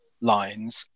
lines